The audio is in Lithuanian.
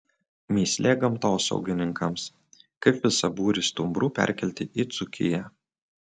mįslė gamtosaugininkams kaip visą būrį stumbrų perkelti į dzūkiją